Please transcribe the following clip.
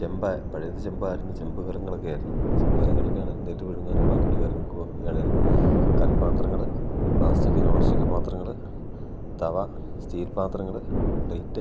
ചെമ്പ് പഴയത് ചെമ്പായിരുന്നു ചെമ്പ് കാലങ്ങളൊക്കെ ആയിരുന്നു ചെമ്പ് കലങ്ങൾക്ക് ആണെങ്കിലും നെല്ല് പുഴുങ്ങാനും ബാക്കിയുള്ള കാര്യങ്ങൾക്ക് വേണമെങ്കിൽ കറി പാത്രങ്ങൾ പ്ലാസ്റ്റിക്ക് നോൺസ്റ്റിക്ക് പാത്രങ്ങൾ തവ സ്റ്റീൽ പാത്രങ്ങൾ പ്ലേറ്റ്